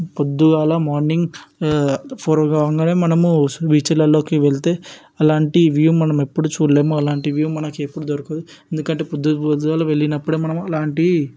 పొద్దుకాల morning four కాగానే మనము బీచ్లల్లోకి వెళ్తే అలాంటి వ్యూ మనం ఎప్పుడూ చూడలేము అలాంటి వ్యూ మనకి ఎప్పుడు దొరకదు ఎందుకంటే పొద్దు పొద్దుకాలే వెళ్లినప్పుడే మనము అలాంటి